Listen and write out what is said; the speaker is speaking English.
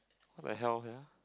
what the hell sia